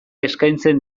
eskaintzen